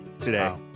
today